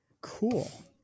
cool